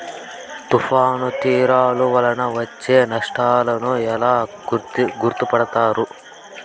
తుఫాను తీరాలు వలన వచ్చే నష్టాలను ఎలా గుర్తుపడతారు?